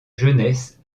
jeunesse